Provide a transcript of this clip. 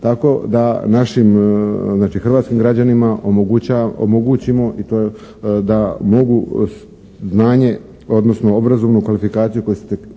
Tako da našim, znači hrvatskim građanima, omogućimo i to da mogu znanje, odnosno obrazovnu kvalifikaciju koju su